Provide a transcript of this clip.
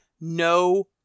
no